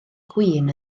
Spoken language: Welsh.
gwin